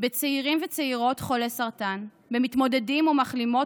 בצעירים וצעירות חולי סרטן ובמתמודדים ומחלימות